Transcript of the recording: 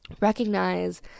recognize